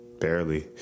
barely